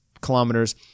kilometers